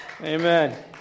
Amen